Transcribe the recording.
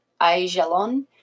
Aijalon